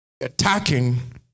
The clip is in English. Attacking